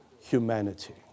humanity